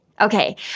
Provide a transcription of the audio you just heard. Okay